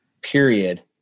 period